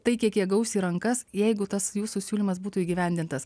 tai kiek jie gaus į rankas jeigu tas jūsų siūlymas būtų įgyvendintas